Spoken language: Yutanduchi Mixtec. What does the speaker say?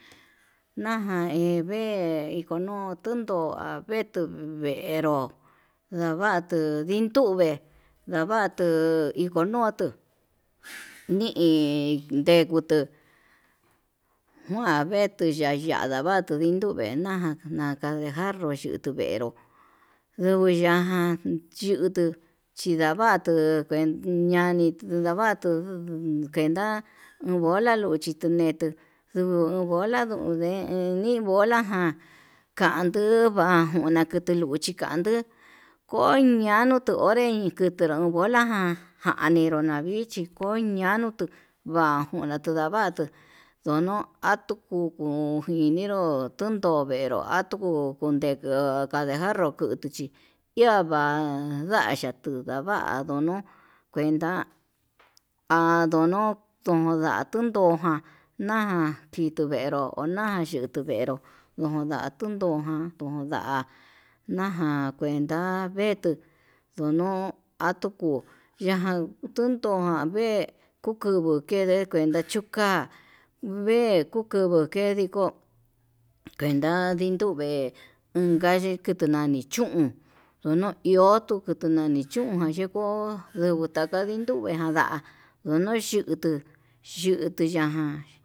Naján ive'e ndikono dunduu vetuu venró, ndavatuu ndiduve ndvatu iko nuutu ni'i ndekutu kua ve'etu yuyandava tuu ndindue na'a, naja nde jarro xhi'i tunguero yengui yaján xhiutu xhindavatuu tu kuen ñani kendavatu kuenda bola luchi tume'e, tuu uu bola ndunde iin bola ján kanduu va'a nakete luchí chikanduu ko'o ñanuu tuu onren kutunró bola ján kauni kununravichí, ko'o ñanuu tuu vangunatu ndavatu ndono atu junju njuinero tundovero atuu ndekuu kanrejanru kutuchí iha va'a ndavayatuu kundava'a ndonuu kuenta, handunu ndunatu kuján naján chituvero ona'a yukuu venró uun nda'a tunoján ndunda naján kuenta veetu ndono atukuu ya'ájan nduduján vee kukuvuu kende kuenta chuka'a vee kukuduu ke'e kendiko kuenta nduku vee unka yukuu nani chún yunui'o kuduku nani chún ján yeko kundava kenduve nanda'a no'o yutuu yutuu ya'a.